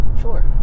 Sure